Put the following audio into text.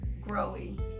growing